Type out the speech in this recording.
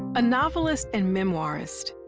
a novelist and memoirist,